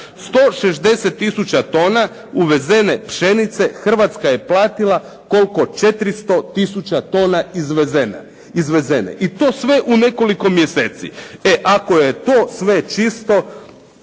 160 tisuća tona uvezene pšenice Hrvatska je platila koliko 400 tisuća tona izvezene. I to sve u nekoliko mjeseci. E ako je to sve čisto,